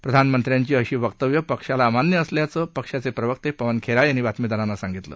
प्रधानमंत्र्यांची अशी वक्तव्ये पक्षाला अमान्य असल्याचं पक्षाचे प्रवक्ते पवन खेरा यांनी बातमीदारांना सांगितलं